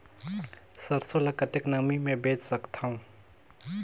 सरसो ल कतेक नमी मे बेच सकथव?